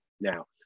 now